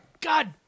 God